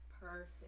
Perfect